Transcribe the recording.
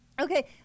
Okay